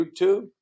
YouTube